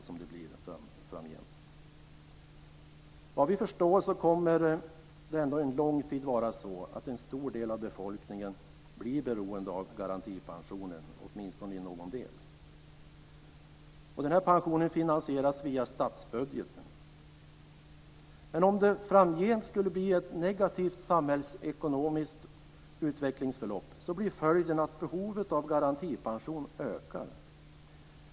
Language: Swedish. Såvitt vi förstår kommer det under lång tid att vara så att en stor del av befolkningen åtminstone i någon utsträckning blir beroende av garantipensionen. Denna pension finansieras via statsbudgeten. Men om vi framgent skulle få ett negativt samhällsekonomiskt utvecklingsförlopp blir följden att behovet av garantipension kommer att öka.